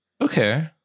Okay